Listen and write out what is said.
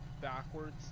backwards